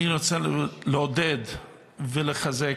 אני רוצה לעודד ולחזק.